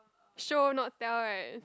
show not tell right